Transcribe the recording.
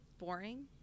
boring